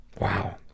Wow